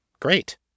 great